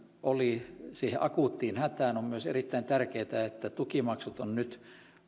oli siihen akuuttiin hätään on myös erittäin tärkeätä että tukimaksut on nyt